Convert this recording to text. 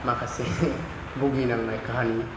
माखासे भुगिनांनाय काहानि